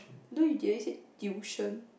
don't you dare say tuition